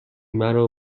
مرا